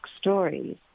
stories